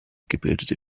gebildeten